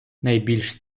найбільш